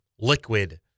liquid